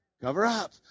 Cover-up